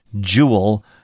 jewel